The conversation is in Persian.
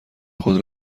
خود